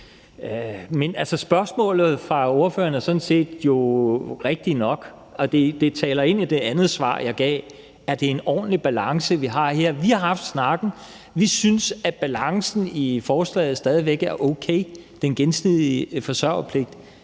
Men spørgsmålet fra ordføreren er jo sådan set rigtigt nok, og det taler ind i det andet svar, jeg gav, om, hvorvidt det er en ordentlig balance, vi har her. Vi har haft snakken. Vi synes, at balancen i forslaget stadig væk er okay. Den gensidige forsørgerpligt